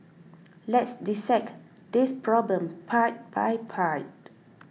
let's dissect this problem part by part